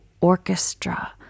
orchestra